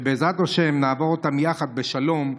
ובעזרת השם נעבור אותם יחד בשלום,